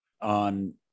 on